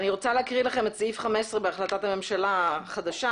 אני רוצה להקריא לכם את סעיף 15 בהחלטת הממשלה החדשה: